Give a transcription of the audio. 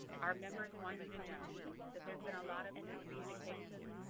our members want you to know that there's been a lot of miscommunication,